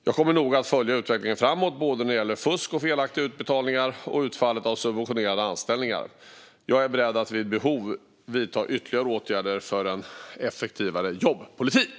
Jag kommer noga att följa utvecklingen framåt, både när det gäller fusk och felaktiga utbetalningar och utfallet av subventionerade anställningar, och jag är beredd att vid behov vidta ytterligare åtgärder för en effektivare jobbpolitik.